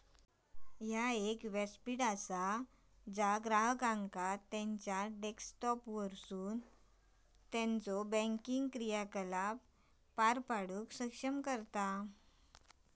ह्या एक व्यासपीठ असा ज्या ग्राहकांका त्यांचा डेस्कटॉपवरसून त्यांचो बँकिंग क्रियाकलाप पार पाडूक सक्षम करतत